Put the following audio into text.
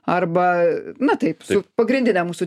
arba na taip su pagrindine mūsų